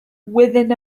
within